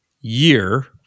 year